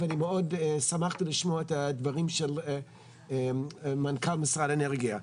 ואני מאוד שמחתי לשמוע את הדברים של מנכ"ל משרד האנרגיה.